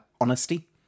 honesty